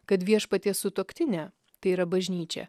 kad viešpaties sutuoktinė tai yra bažnyčia